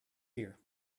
here